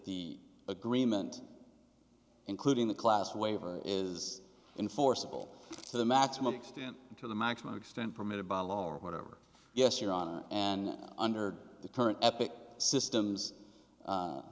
the agreement including the class waiver is in forcible to the maximum extent to the maximum extent permitted by law or whatever yes your honor and under the current epic systems